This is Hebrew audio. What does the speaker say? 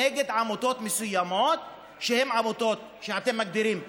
נגד עמותות מסוימות שהן עמותות שאתם מגדירים שמאל,